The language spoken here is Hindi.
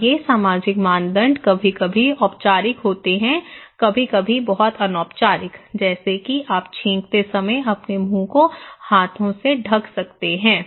और ये सामाजिक मानदंड कभी कभी औपचारिक होते हैं कभी कभी बहुत अनौपचारिक जैसे कि आप छींकते समय अपने मुंह को हाथों से ढक सकते हैं